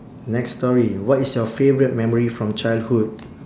next story what is your favourite memory from childhood